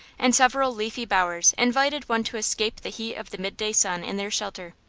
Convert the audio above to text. and several leafy bowers invited one to escape the heat of the midday sun in their shelter.